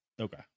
okay